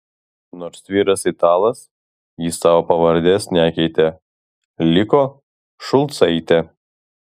nors vyras italas ji savo pavardės nekeitė liko šulcaitė